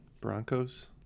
Broncos